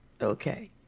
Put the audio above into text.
okay